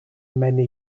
many